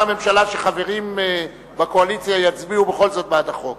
הממשלה שחברים בקואליציה יצביעו בכל זאת בעד החוק.